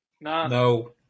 No